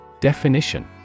Definition